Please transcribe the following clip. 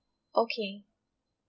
okay